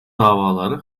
davaları